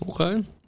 Okay